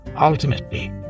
ultimately